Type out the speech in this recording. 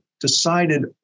decided